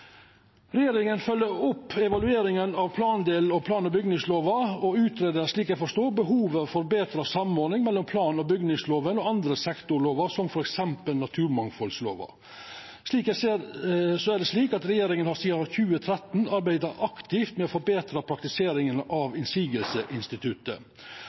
Regjeringa følgjer opp evalueringa av plandelen av plan- og bygningslova og greier ut, slik eg forstår, behovet for betre samordning mellom plan- og bygningslova og andre sektorlover, som f.eks. naturmangfaldlova. Regjeringa har sidan 2013 arbeidd aktivt med å forbetra praktiseringa